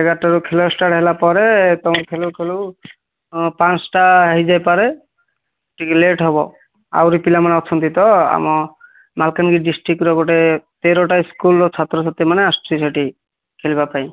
ଏଗାର ଟାରୁ ଖେଳ ଷ୍ଟାର୍ଟ ହେଲା ପରେ ତୁମେ ଖେଳୁ ଖେଳୁ ପାଞ୍ଚଟା ହେଇଯାଇପାରେ ଟିକେ ଲେଟ୍ ହେବ ଆହୁରି ପିଲାମାନେ ଅଛନ୍ତି ତ ଆମ ମାଲ୍କାନ୍ଗିରି ଡିଷ୍ଟ୍ରିକ୍ର ଗୋଟେ ତେରଟା ସ୍କୁଲର ଛାତ୍ର ଛାତ୍ରୀ ମାନେ ଆସୁଛି ସେଇଠି ଖେଳିବା ପାଇ